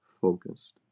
focused